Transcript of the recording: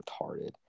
retarded